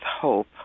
hope